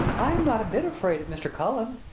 i am not a bit afraid of mr. cullen,